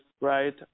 right